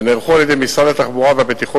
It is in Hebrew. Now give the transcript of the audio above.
שנערכו על-ידי משרד התחבורה והבטיחות